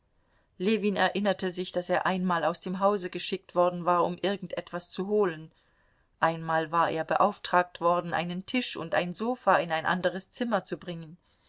ljewin erinnerte sich daß er einmal aus dem hause geschickt worden war um irgend etwas zu holen einmal war er beauftragt worden einen tisch und ein sofa in ein anderes zimmer zu bringen